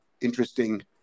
interesting